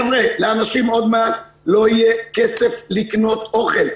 חבר'ה, לאנשים עוד מעט לא יהיה כסף לקנות אוכל.